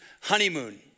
honeymoon